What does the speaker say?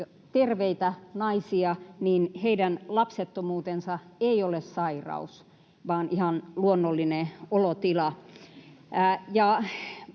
terveitä naisia, niin heidän lapsettomuutensa ei ole sairaus vaan ihan luonnollinen olotila.